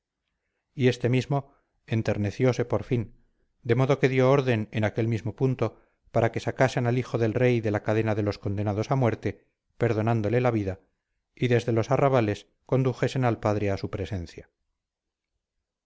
y este mismo enternecióse por fin de modo que dio orden en aquel mismo punto para que sacasen al hijo del rey de la cadena de los condenados a muerte perdonándole la vida y desde los arrabales condujesen al padre a su presencia